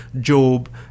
job